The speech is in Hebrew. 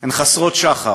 הן חסרות שחר.